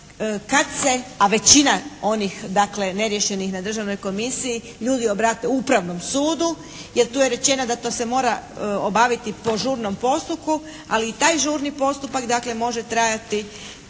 kad se, a većina onih dakle neriješenih na državnoj komisiji ljudi obrate upravnom sudu jer tu je rečeno da to se mora obaviti po žurnom postupku, ali i taj žurni postupak dakle može trajati